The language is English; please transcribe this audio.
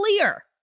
clear